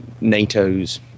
NATO's